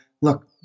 look